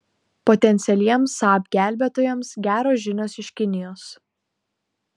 potencialiems saab gelbėtojams geros žinios iš kinijos